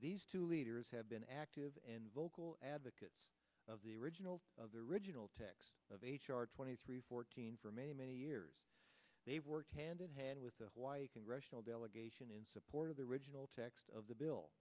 these two leaders been active and vocal advocates of the original of the original text of h r twenty three fourteen for many many years they worked hand in hand with the why a congressional delegation in support of the original text of the bill